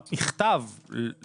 המכתב נשלח עכשיו.